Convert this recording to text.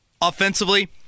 Offensively